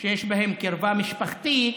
שיש בהם קרבה משפחתית,